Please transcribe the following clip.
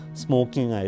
smoking